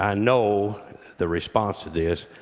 and know the response to this.